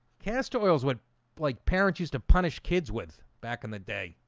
cast oils would like parents used to punish kids with back in the day.